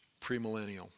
premillennial